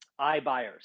iBuyers